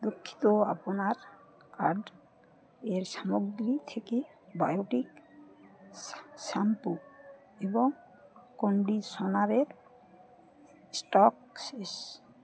দুঃখিত আপনার কার্ড এর সামগ্রী থেকে বায়োটিক শ্যাম্পু এবং কন্ডিশনারের স্টক শেষ